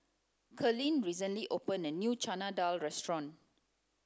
Karlene recently opened a new Chana Dal restaurant